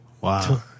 Wow